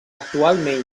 actualment